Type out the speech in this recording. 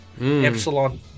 Epsilon